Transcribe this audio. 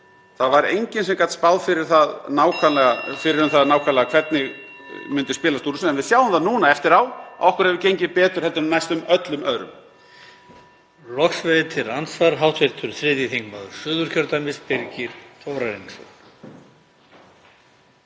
Það var enginn sem gat spáð fyrir um það nákvæmlega hvernig myndi spilast úr þessu. En við sjáum það núna eftir á að okkur hefur gengið betur en næstum öllum öðrum.